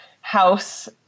house